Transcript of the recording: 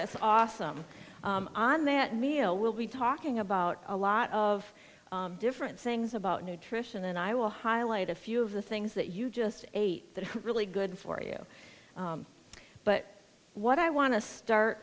that's awesome on that meal we'll be talking about a lot of different things about nutrition and i will highlight a few of the things that you just ate that really good for you but what i want to start